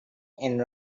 and